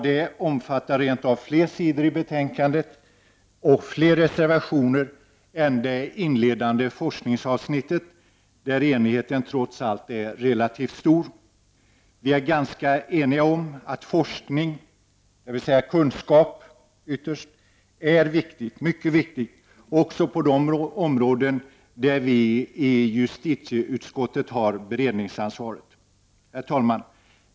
Detta omfattar rent av flera sidor i betänkandet och flera reservationer än det inledande forskningsavsnittet, där enigheten trots allt är relativt stor. Vi är ganska eniga om att forskning, dvs. kunskap ytterst, också är mycket viktig på de områden där vi i justitieutskottet har beredningsansvaret.